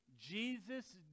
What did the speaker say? Jesus